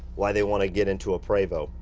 why they wanna get into a prevost.